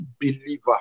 believer